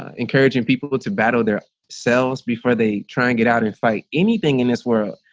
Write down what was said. ah encouraging people to battle their cells. before they try and get out and fight anything in this world,